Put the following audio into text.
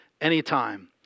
anytime